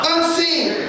Unseen